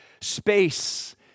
space